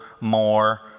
more